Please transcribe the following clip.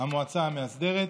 (המועצה המאסדרת).